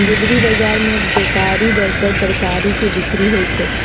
गुदरी बजार में पैकारी दर पर तरकारी के बिक्रि होइ छइ